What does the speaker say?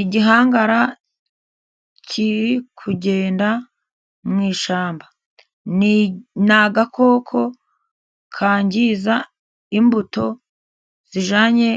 Igihangara kiri kugenda mu ishyamba. Ni agakoko kangiza imbuto zijyanye